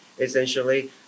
essentially